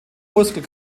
muskel